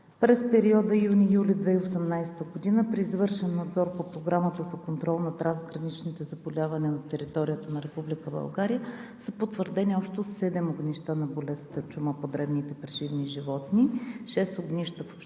През периода юни – юли 2018 г. при извършен надзор по Програмата за контрол на трансграничните заболявания на територията на Република България са потвърдени общо 7 огнища на болестта чума по дребните преживни животни – 6 огнища в община